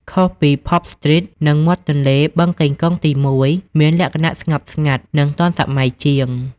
ខុសពី Pub Street និងមាត់ទន្លេ បឹងកេងកងទី១ មានលក្ខណៈស្ងប់ស្ងាត់ និងទាន់សម័យជាង។